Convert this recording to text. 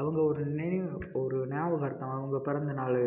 அவங்க ஒரு நினைவு ஒரு நியாபகார்த்தமாக அவங்க பிறந்தநாள்